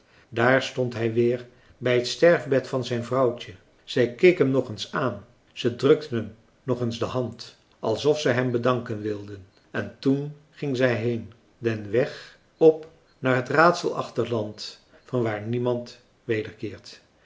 daar stond hij weer bij het sterfbed van zijn vrouwtje zij keek hem nog eens aan zij drukte hem nog eens de hand alsof zij hem bedanken wilde en toen ging zij heen den weg op naar het raadselachtig land vanwaar niemand wederkeert